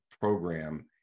program